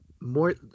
more